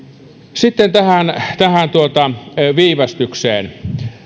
sitten tähän tähän viivästykseen